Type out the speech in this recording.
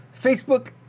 Facebook